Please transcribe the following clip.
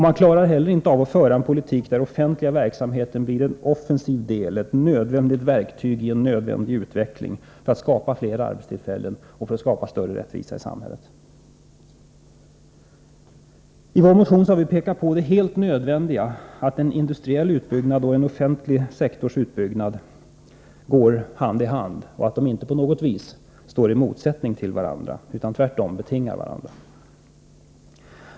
Man klarar inte heller av att föra en politik där den offentliga verksamheten blir en offensiv del, ett nödvändigt verktyg i en nödvändig utveckling för att skapa fler arbetstillfällen och för att skapa större rättvisa i samhället. I vår motion har vi pekat på det absolut nödvändiga i att en industriell utbyggnad och en utbyggd offentlig sektor går hand i hand och att de inte på något vis står i motsättning till varandra utan att de tvärtom betingar varandra.